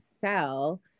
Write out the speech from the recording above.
sell